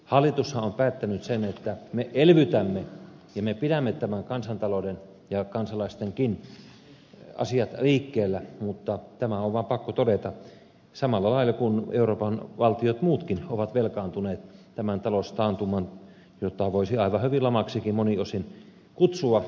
hallitushan on päättänyt sen että me elvytämme ja me pidämme tämän kansantalouden ja kansalaistenkin asiat liikkeellä mutta tämä on vaan pakko todeta samalla lailla kuin euroopan valtiot muutkin ovat velkaantuneet tämän taloustaantuman myötä jota voisi aivan hyvin lamaksikin monin osin kutsua